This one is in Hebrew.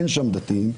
אין שם דתיים,